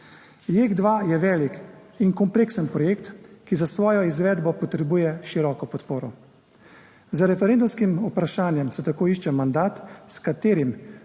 JEK2 je velik in kompleksen projekt, ki za svojo izvedbo potrebuje široko podporo. Z referendumskim vprašanjem se tako išče mandat, s katerim